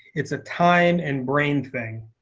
it's a time and brain thing.